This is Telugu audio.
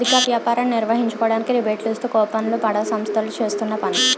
అధిక వ్యాపారం నిర్వహించుకోవడానికి రిబేట్లు ఇస్తూ కూపన్లు ను బడా సంస్థలు చేస్తున్న పని